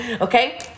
okay